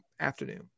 afternoon